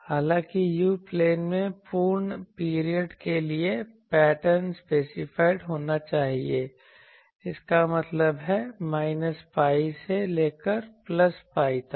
हालांकि u plane में पूर्ण पीरियड के लिए पैटर्न स्पेसिफाइड होना चाहिए इसका मतलब है माइनस pi से लेकर प्लस pi तक